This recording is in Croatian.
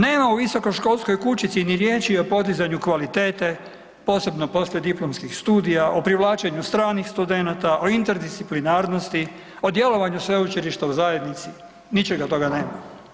Nema u visokoškolskoj kućici ni riječi o podizanju kvalitete, posebno poslijediplomskih studija, o privlačenju stranih studenata, o interdisciplinarnosti, o djelovanju sveučilišta u zajednici ničega toga nema.